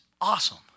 awesome